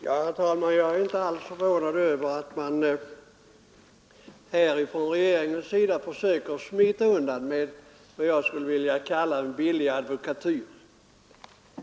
Herr talman! Jag är inte alls förvånad över att man från regeringens sida nu försöker smita undan med vad jag vill kalla för billig advokatyr.